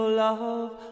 love